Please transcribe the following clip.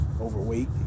overweight